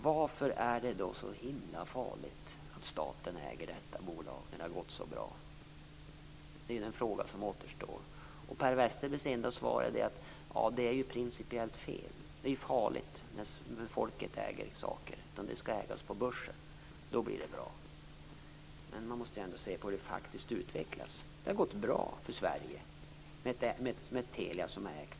Varför är det så farligt att staten äger detta bolag, när det har gått så bra? Det är frågan som återstår. Per Westerbergs enda svar är att det är principiellt fel och farligt när folket äger saker. Det skall ägas på börsen för att bli bra. Men man måste ju ändå se till hur det faktiskt utvecklas. Det har gått bra för Sverige med ett